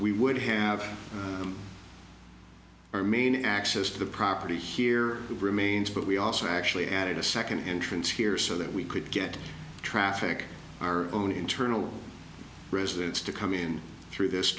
we would have our main access to the property here remains but we also actually added a second entrance here so that we could get traffic our own internal residents to come in through this